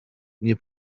nie